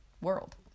world